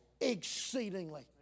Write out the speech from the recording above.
exceedingly